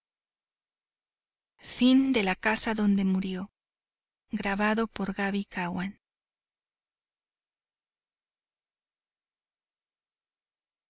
casa donde murió